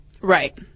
Right